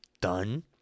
done